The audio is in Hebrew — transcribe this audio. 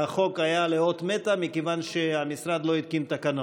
שהחוק היה אות מתה מכיוון שהמשרד לא התקין תקנות.